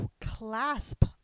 clasp